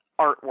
artwork